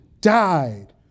died